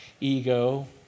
ego